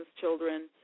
children